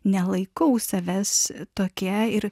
nelaikau savęs tokia ir